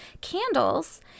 candles